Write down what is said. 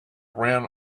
ran